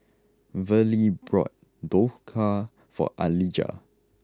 Verlie bought Dhokla for Alijah